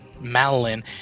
madeline